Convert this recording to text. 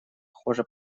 похоже